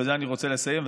בזה אני רוצה לסיים,